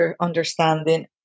understanding